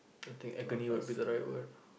I think agony would be the right word